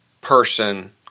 person